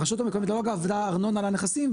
הרשות המקומית לא גבתה ארנונה לנכסים,